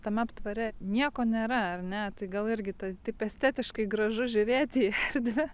tame aptvare nieko nėra ar ne tai gal irgi tai taip estetiškai gražu žiūrėti į erdvę